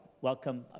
welcome